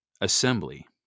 Assembly